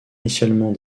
initialement